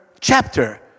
chapter